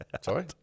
Sorry